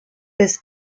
was